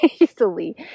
easily